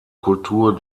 kultur